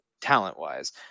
talent-wise